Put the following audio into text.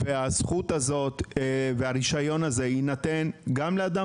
והזכות הזאת והרישיון הזה יינתן גם לאדם